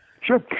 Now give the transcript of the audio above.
Sure